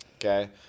okay